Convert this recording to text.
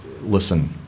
listen